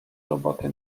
roboty